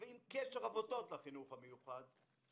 ועם קשר עבותות לחינוך המיוחד,